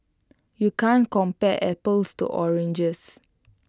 you can't compare apples to oranges